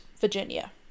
Virginia